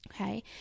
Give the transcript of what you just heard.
okay